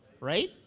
Right